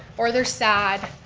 or they're sad,